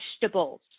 vegetables